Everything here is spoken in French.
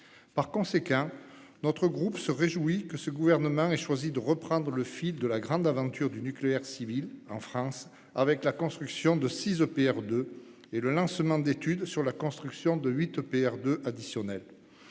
nucléaire. Notre groupe se réjouit que le Gouvernement ait choisi de reprendre le fil de la grande aventure du nucléaire civil en France, avec la construction de six EPR 2 et le lancement d'études sur la construction de huit EPR 2 additionnels.